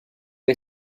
est